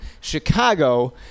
Chicago